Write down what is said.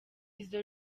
izo